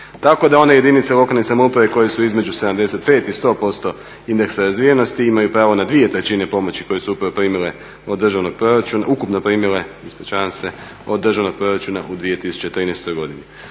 Tako da one jedinice lokalne samouprave koje su između 75 i 100% indeksa razvijenosti imaju pravo na dvije trećine pomoći koje su upravo primile od državnog proračuna, ispričavam se, ukupno primile od državnog proračuna u 2013. godini.